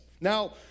Now